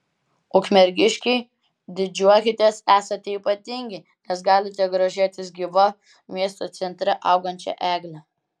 ukmergiškiai didžiuokitės esate ypatingi nes galite grožėtis gyva miesto centre augančia egle